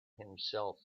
himself